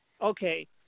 okay